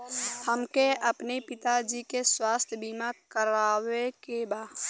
हमके अपने पिता जी के स्वास्थ्य बीमा करवावे के बा?